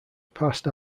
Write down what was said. past